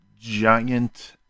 giant